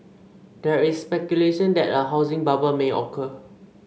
there is speculation that a housing bubble may occur